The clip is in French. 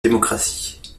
démocratie